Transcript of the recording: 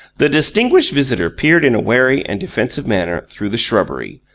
the distinguished visitor peered in a wary and defensive manner through the shrubbery,